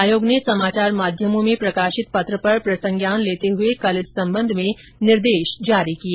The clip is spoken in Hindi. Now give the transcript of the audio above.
आयोग ने समाचार माध्यमों में प्रकाशित पत्र पर प्रसंज्ञान लेते हुए कल इस संबंध में निर्देश जारी किए